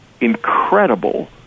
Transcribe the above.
incredible